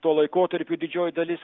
tuo laikotarpiu didžioji dalis